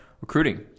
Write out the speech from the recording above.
recruiting